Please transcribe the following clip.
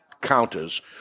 counters